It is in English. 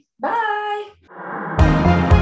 bye